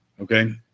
Okay